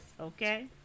Okay